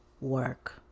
work